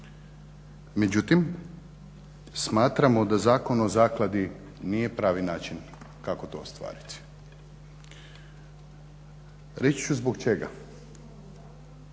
Međutim, smatramo da zakon o zakladi nije pravi način kako to ostvariti, reći ću zbog čega.